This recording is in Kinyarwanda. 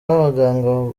n’abaganga